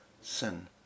sin